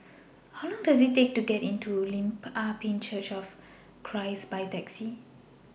How Long Does IT Take to get to Lim Ah Pin Church of Christ By Taxi